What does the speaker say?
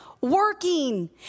working